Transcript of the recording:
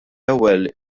ewwel